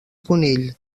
conill